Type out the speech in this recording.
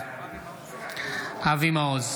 אבי מעוז,